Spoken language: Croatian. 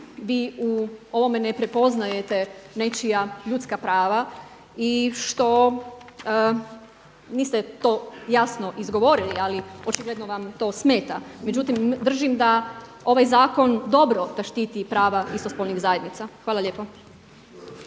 vi u ovome ne prepoznajete nečija ljudska prava i što niste to jasno izgovorili, ali očigledno vam to smeta. Međutim, držim da ovaj zakon dobro štiti prava istospolnih zajednica. Hvala lijepo.